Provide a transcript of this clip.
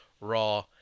raw